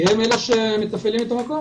כי הם אלה שמתפעלים את המקום.